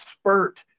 spurt